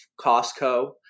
Costco